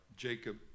Jacob